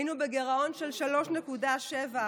היינו בגירעון של 3.7%,